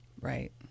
right